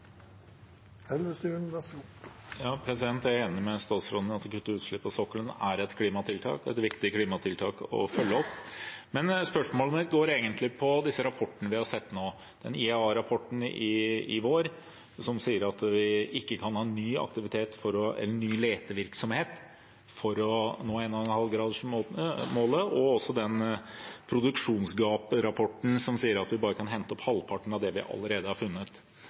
Jeg er enig med statsråden i at å kutte utslipp på sokkelen er et viktig klimatiltak å følge opp. Spørsmålet mitt går egentlig på disse rapportene vi har sett nå: IEA-rapporten fra i fjor vår, som sier at vi ikke kan ha ny letevirksomhet om vi skal nå 1,5-gradersmålet, og også produksjonsgaprapporten, som sier at vi bare kan hente opp halvparten av det vi allerede har funnet.